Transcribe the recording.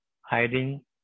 hiding